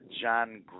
John